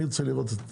אני רוצה לראות את